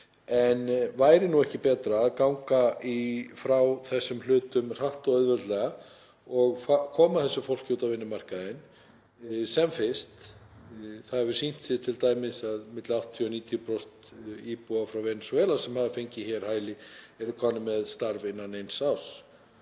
En væri ekki betra að ganga frá þessum hlutum hratt og auðveldlega og koma þessu fólki út á vinnumarkaðinn sem fyrst? Það hefur t.d. sýnt sig að 80–90% íbúa frá Venesúela sem hafa fengið hæli eru komin með starf innan eins árs